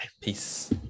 Peace